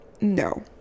no